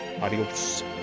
Adios